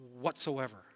whatsoever